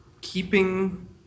keeping